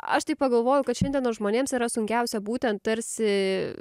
aš taip pagalvojau kad šiandienos žmonėms yra sunkiausia būtent tarsi